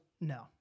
No